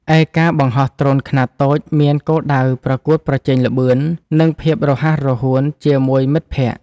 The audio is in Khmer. ឯការបង្ហោះដ្រូនខ្នាតតូចមានគោលដៅប្រកួតប្រជែងល្បឿន និងភាពរហ័សរហួនជាមួយមិត្តភក្តិ។